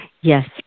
Yes